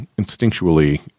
instinctually